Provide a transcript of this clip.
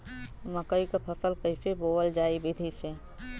मकई क फसल कईसे बोवल जाई विधि से?